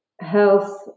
health